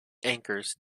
anchors